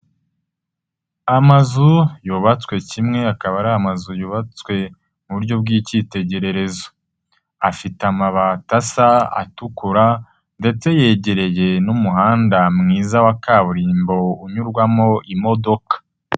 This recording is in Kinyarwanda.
Amazu yubatswe kimwe, akaba ari amazu yubatswe mu buryo bw'icyitegererezo. Afite amabata asa, atukura ndetse yegereye n'umuhanda mwiza wa kaburimbo unyurwamo imodoka.